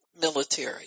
military